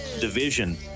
division